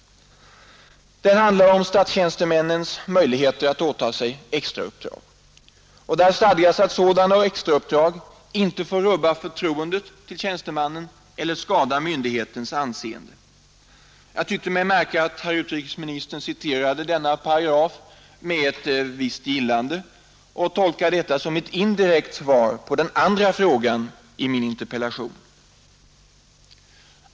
Den handlar om statstjänstemans möjligheter att åta sig extrauppdrag. Där stadgas att sådant extrauppdrag inte får rubba förtroendet till tjänstemannen eller skada myndighetens anseende. Jag tycker mig märka att herr utrikesministern citerade denna paragraf med ett visst gillande och tolkar detta som ett indirekt svar på den andra frågan i min interpellation.